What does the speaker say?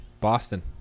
Boston